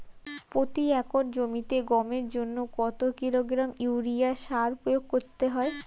প্রতি একর জমিতে গমের জন্য কত কিলোগ্রাম ইউরিয়া সার প্রয়োগ করতে হয়?